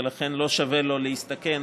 ולכן לא שווה לו להסתכן,